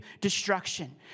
destruction